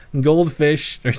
goldfish